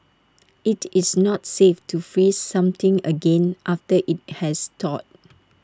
IT is not safe to freeze something again after IT has thawed